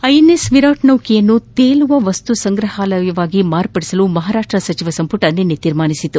INS Viraat ನೌಕೆಯನ್ನು ತೇಲುವ ವಸ್ತುಸಂಗ್ರಹಾಲಯವಾಗಿ ಮಾರ್ಪಡಿಸಲು ಮಹಾರಾಷ್ಟ ಸಚಿವ ಸಂಪುಟ ನಿನ್ನೆ ನಿರ್ಧರಿಸಿದೆ